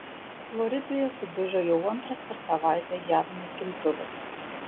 floridoje sudužo jau antras per savaitę jav naikintuvas